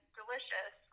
delicious